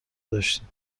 داشتیم